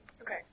Okay